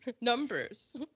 numbers